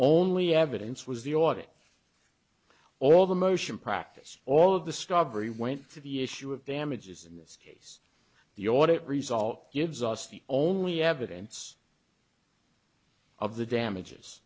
only evidence was the audit all the motion practice all of the strawberry went to the issue of damages in this case the audit result gives us the only evidence of the damages